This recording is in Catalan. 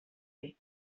ser